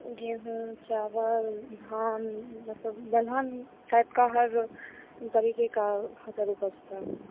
गेहूँ चावल धान मतलब दलहन टाइप का हर तरीक़े की फ़सल उपजती है